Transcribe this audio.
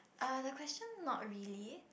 uh the question not really